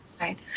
Right